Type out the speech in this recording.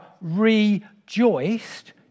rejoiced